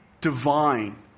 divine